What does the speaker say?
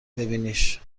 ببینیش